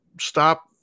stop